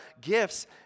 gifts